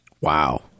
Wow